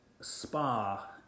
Spa